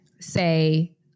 say